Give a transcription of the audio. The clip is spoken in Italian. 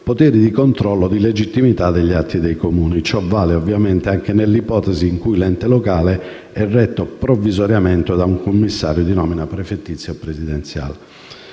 poteri di controllo di legittimità degli atti dei Comuni. Ciò vale anche nelle ipotesi in cui l'ente locale è retto provvisoriamente da un commissario di nomina prefettizia o presidenziale.